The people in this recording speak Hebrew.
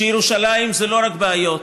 שירושלים זה לא רק בעיות,